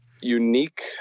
unique